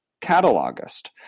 catalogist